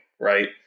right